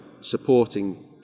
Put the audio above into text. supporting